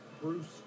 Bruce